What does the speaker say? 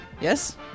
Yes